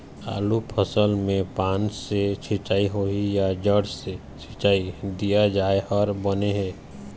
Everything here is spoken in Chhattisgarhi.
आलू फसल मे पान से सिचाई होही या जड़ से सिचाई दिया जाय हर बने हे?